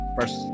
first